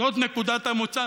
זאת נקודת המוצא.